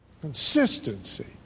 Consistency